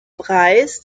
preis